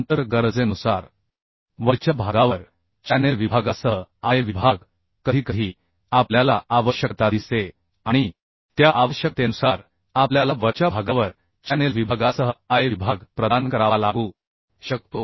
नंतर गरजेनुसार वर्च्या भागावर चॅनेल विभागासह I विभाग कधीकधी आपल्याला आवश्यकता दिसते आणि त्या आवश्यकतेनुसार आपल्याला वरच्या भागावर चॅनेल विभागासह I विभाग प्रदान करावा लागू शकतो